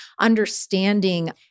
understanding